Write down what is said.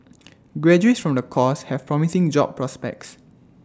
graduates from the course have promising job prospects